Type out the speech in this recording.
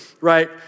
right